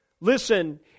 Listen